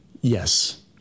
Yes